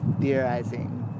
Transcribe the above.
theorizing